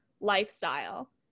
lifestyle